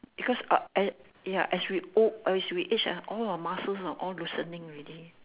because I as ya as we old as we age ah all our muscles know all are loosening already